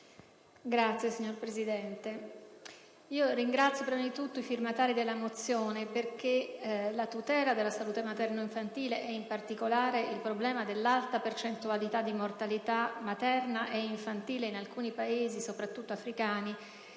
sociali*. Signor Presidente, per prima cosa ringrazio i firmatari della mozione perché la tutela della salute materna e infantile, e in particolare il problema dell'alta percentuale di mortalità materna e infantile in alcuni Paesi, soprattutto africani,